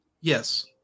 Yes